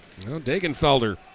Dagenfelder